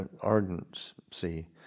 ardency